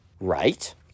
right